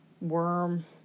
worm